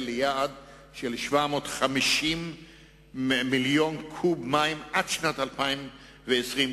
ליעד של 750 מיליון קוב עד שנת 2020,